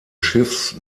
schiffs